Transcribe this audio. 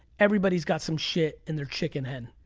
everybody's got some shit in their chicken hen.